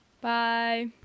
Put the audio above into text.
Bye